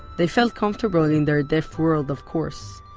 they felt comfortable in their deaf world, of course,